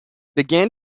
began